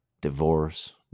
divorce